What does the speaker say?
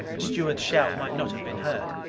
the steward's shout might not have been heard.